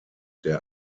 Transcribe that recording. der